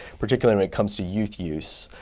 particularly when it comes to youth use.